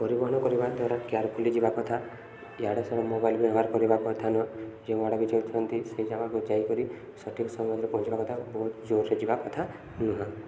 ପରିବହନ କରିବା ଦ୍ୱାରା ଯିବା କଥା ଇଆଡ଼େ ସିଆଡ଼େ ମୋବାଇଲ ବ୍ୟବହାର କରିବା କଥା ନୁଁହ ଯେଉଁ ଆଡ଼କୁ ଯାଉଛନ୍ତି ସେ ଜାଗାକୁ ଯାଇକରି ସଠିକ୍ ସମୟରେ ପହଞ୍ଚିବା କଥା ବହୁତ ଜୋରରେ ଯିବା କଥା ନୁହଁ